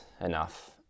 enough